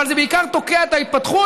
אבל זה בעיקר תוקע את ההתפתחות,